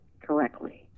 correctly